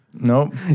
Nope